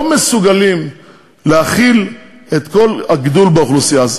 מסוגלים להכיל את כל הגידול באוכלוסייה.